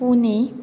Pune